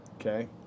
Okay